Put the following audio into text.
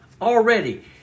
already